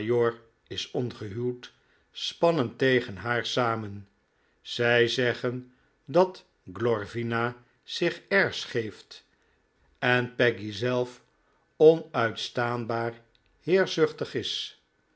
is ongehuwd spannen tegen haar samen zij zeggen dat glorvina zich airs geeft en peggy zelf onuitstaanbaar heerschzuchtig is